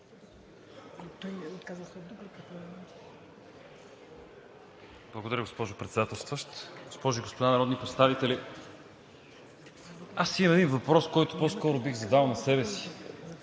Благодаря, госпожо Председателстващ. Госпожи и господа народни представители! Имам един въпрос, който по-скоро бих задал на себе си